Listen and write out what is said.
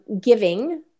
giving